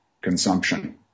consumption